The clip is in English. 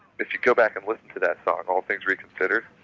if you go back and listen to that song, all things reconsidered,